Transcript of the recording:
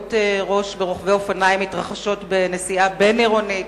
פגיעות ראש ברוכבי אופניים מתרחשות בנסיעה בין-עירונית,